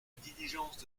diligence